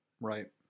Right